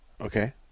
Okay